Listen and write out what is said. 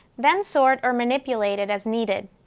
then sort or manipulate it as needed.